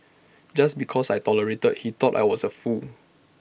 just because I tolerated he thought I was A fool